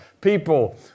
people